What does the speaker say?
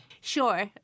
Sure